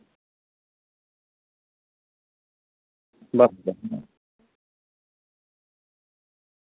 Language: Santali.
ᱞᱚᱡᱽ ᱫᱚ ᱦᱮᱱᱟᱜᱼᱟ